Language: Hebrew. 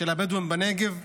של הבדואים בנגב,